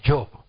Job